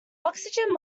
oxygen